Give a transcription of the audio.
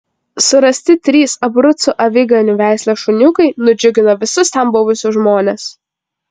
surasti trys abrucų aviganių veislės šuniukai nudžiugino visus ten buvusius žmones